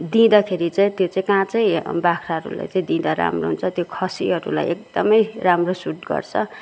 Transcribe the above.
दिँदाखेरि चाहिँ त्यो चाहिँ काँचै बाख्राहरूलाई दिँदा राम्रो हुन्छ त्यो खसीहरूलाई एकदमै राम्रो सुट गर्छ